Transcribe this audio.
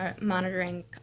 monitoring